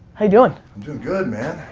how you doin'? doin' good, man.